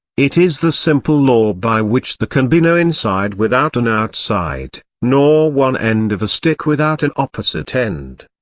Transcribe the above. it is the simple law by which there can be no inside without an outside, nor one end of a stick without an opposite end.